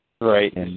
Right